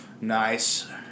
Nice